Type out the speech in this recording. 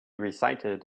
recited